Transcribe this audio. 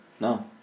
No